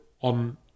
on